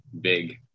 big